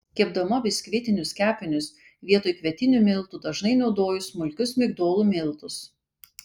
kepdama biskvitinius kepinius vietoj kvietinių miltų dažnai naudoju smulkius migdolų miltus